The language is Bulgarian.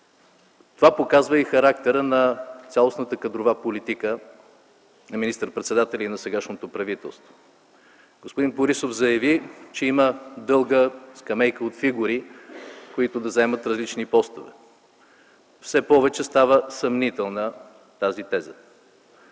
Това показва и характера на цялостната кадрова политика на министър-председателя и на сегашното правителство. Господин Борисов заяви, че има дълга скамейка от фигури, които да заемат различни постове. Все повече става съмнителна тази теза.